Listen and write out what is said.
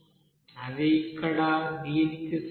అది ఇక్కడ కి సమానం